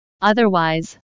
otherwise